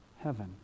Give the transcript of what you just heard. heaven